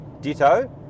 Ditto